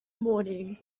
morning